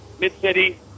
Mid-City